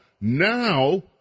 now